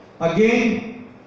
again